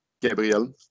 Gabriel